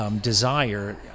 desire